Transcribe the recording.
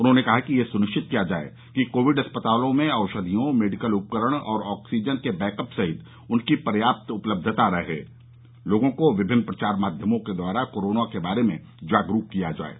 उन्होंने कहा कि यह सुनिश्चित किया जाये कि कोविड अस्पतालों में औषधियों मेडिकल उपकरण और आक्सीजन के बैकअप सहित उनकी पर्याप्त उपलब्धता रहे लोगों को विभिन्न प्रचार माध्यमों के द्वारा कोरोना के बारे में जागरूक किया जाये